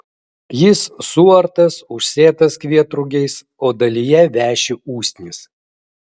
jis suartas užsėtas kvietrugiais o dalyje veši usnys